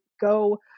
go